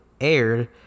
aired